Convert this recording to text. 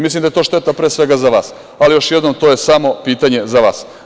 Mislim da je to šteta pre svega za vas, ali još jednom to je samo pitanje za vas.